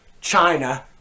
china